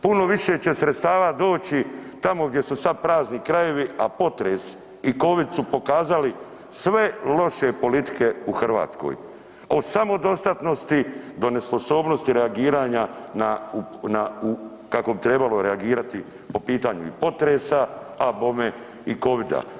Puno više će sredstava doći tamo gdje su sad prazni krajevi, a potres i Covid su pokazali sve loše politike u Hrvatskoj od samodostatnosti do nesposobnosti reagiranja na kako bi trebalo reagirati po pitanju i potresa, a bome i Covida.